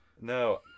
no